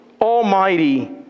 almighty